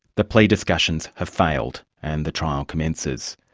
the plea discussions have failed, and the trial commences.